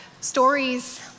stories